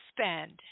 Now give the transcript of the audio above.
spend